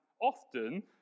often